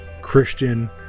Christian